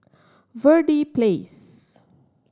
Verde Place